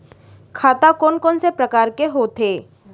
खाता कोन कोन से परकार के होथे?